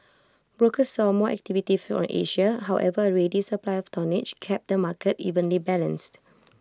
brokers saw more activity from Asia however A ready supply of tonnage kept the market evenly balanced